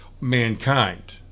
mankind